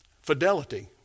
Fidelity